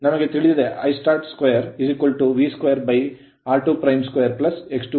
ನಮಗೆ ತಿಳಿದಿದೆ Istart2 V 2r22 x22 ಏಕೆಂದರೆ ಪ್ರಾರಂಭದಲ್ಲಿ slip ಸ್ಲಿಪ್1